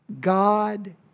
God